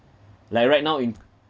like right now in